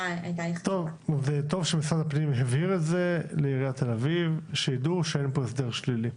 טוב שמשרד המשפטים הבהיר לעיריית תל אביב שאין פה הסדר שלילי.